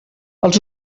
els